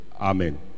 Amen